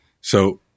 So-